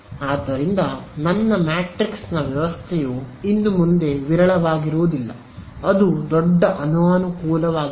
ಆದ್ದರಿಂದ ನನ್ನ ಮ್ಯಾಟ್ರಿಕ್ಸ್ನ ವ್ಯವಸ್ಥೆಯು ಇನ್ನು ಮುಂದೆ ವಿರಳವಾಗಿಲ್ಲ ಅದು ದೊಡ್ಡ ಅನಾನುಕೂಲವಾಗಿದೆ